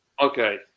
Okay